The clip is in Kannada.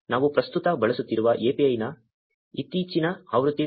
ಇದು ನಾವು ಪ್ರಸ್ತುತ ಬಳಸುತ್ತಿರುವ API ಯ ಇತ್ತೀಚಿನ ಆವೃತ್ತಿ 2